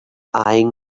eyeing